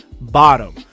bottom